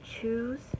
choose